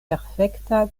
perfekta